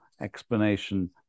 explanation